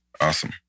Awesome